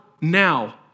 now